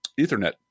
Ethernet